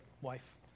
wife